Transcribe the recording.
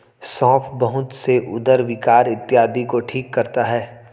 सौंफ बहुत से उदर विकार इत्यादि को ठीक करता है